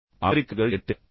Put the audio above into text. எனவே அமெரிக்கர்கள் 8